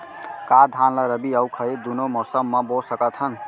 का धान ला रबि अऊ खरीफ दूनो मौसम मा बो सकत हन?